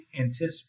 anticipate